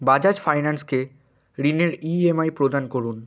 বাজাজ ফাইন্যান্সকে ঋণের ইএমআই প্রদান করুন